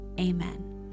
Amen